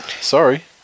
Sorry